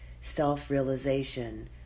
self-realization